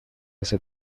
ese